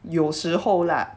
有时候 lah